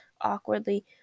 awkwardly